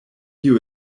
you